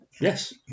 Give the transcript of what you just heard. Yes